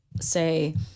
say